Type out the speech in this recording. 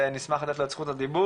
נשמח לתת לו את זכות הדיבור,